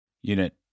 Unit